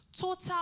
Total